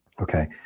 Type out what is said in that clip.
Okay